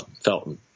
Felton